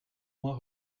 moins